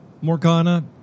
Morgana